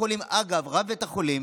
אגב, רב בית החולים